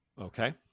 Okay